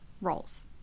roles